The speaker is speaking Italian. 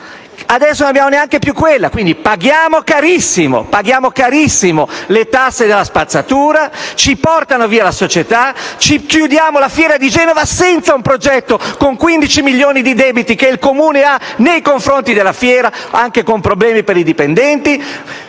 Adesso non abbiamo neanche più quella. Quindi, paghiamo carissimo le tasse della spazzatura, ci portano via la società, chiudiamo la Fiera di Genova senza un progetto, con 15 milioni di debiti che il Comune ha nei confronti della Fiera e anche con problemi per i dipendenti.